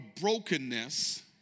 brokenness